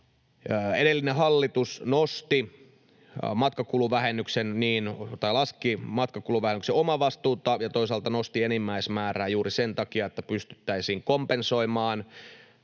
Edellinen hallitus laski matkakuluvähennyksen omavastuuta ja toisaalta nosti enimmäismäärää juuri sen takia, että pystyttäisiin kompensoimaan